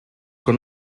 con